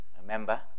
remember